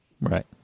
Right